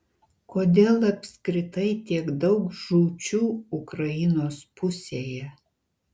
kodėl apskritai tiek daug žūčių ukrainos pusėje